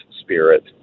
spirit